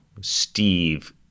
Steve